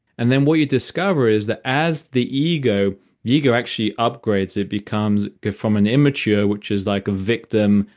and then what you discover is that as the ego the ego actually upgrades. it becomes from an image here, which is like a victim,